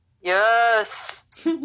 Yes